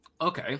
Okay